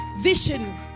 vision